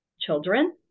children